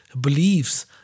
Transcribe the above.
beliefs